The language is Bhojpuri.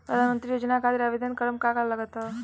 प्रधानमंत्री योजना खातिर आवेदन करम का का लागत बा?